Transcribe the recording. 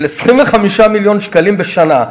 של 25 מיליון שקלים בשנה.